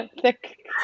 Thick